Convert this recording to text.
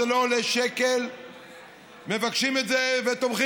זה לא עולה שקל מבקשים את זה ותומכים